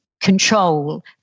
control